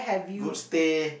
good stay